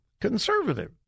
conservative